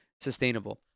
sustainable